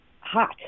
hot